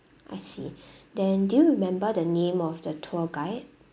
I see then do you remember the name of the tour guide